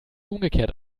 umgekehrt